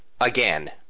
Again